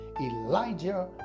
Elijah